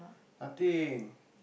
nothing